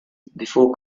before